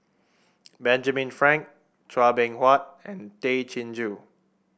Benjamin Frank Chua Beng Huat and Tay Chin Joo